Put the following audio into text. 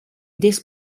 this